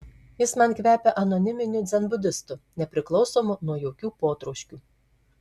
jis man kvepia anoniminiu dzenbudistu nepriklausomu nuo jokių potroškių